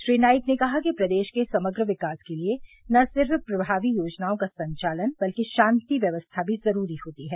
श्री नाईक ने कहा कि प्रदेश के समग्र विकास के लिए न सिर्फ प्रमावी योजनाओं का संचालन बल्कि शांति व्यवस्था भी ज़रूरी होती है